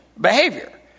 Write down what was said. behavior